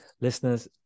Listeners